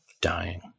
dying